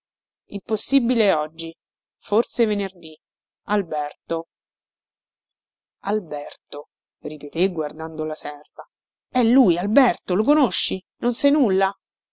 impossibile oggi forse venerdì alberto ripeté guardando la serva è lui alberto lo conosci non sai nulla